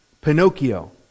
Pinocchio